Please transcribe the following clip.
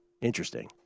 interesting